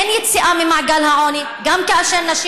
אין יציאה ממעגל העוני גם כאשר נשים